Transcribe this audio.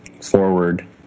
forward